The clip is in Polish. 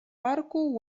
parku